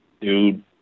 dude